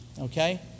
okay